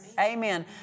Amen